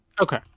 Okay